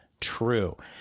true